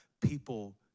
People